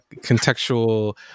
contextual